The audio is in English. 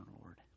Lord